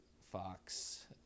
Fox